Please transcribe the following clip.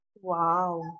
wow